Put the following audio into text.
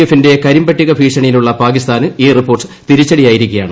എഫിന്റെ കരിമ്പട്ടിക ഭീഷണിയിലുള്ളൂ പാകിസ്ഥാന് ഈ റിപ്പോർട്ട് തിരിച്ചടിയായിരിക്കുകയാണ്